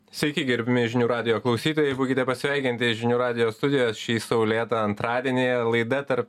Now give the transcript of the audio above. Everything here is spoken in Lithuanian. sveiki gerbiami žinių radijo klausytojai būkite pasveikinti žinių radijo studijoj šį saulėtą antradienį laida tarp